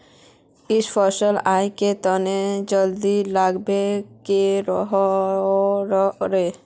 इ फसल आहाँ के तने जल्दी लागबे के रहे रे?